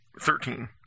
Thirteen